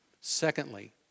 Secondly